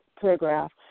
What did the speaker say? paragraph